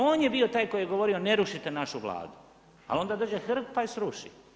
On je bio taj koji je govorio ne rušite našu Vladu ali onda dođe Hrg pa ju sruši.